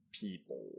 people